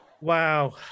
Wow